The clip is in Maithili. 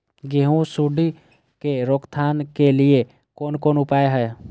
गेहूँ सुंडी के रोकथाम के लिये कोन कोन उपाय हय?